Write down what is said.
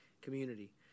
community